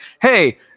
Hey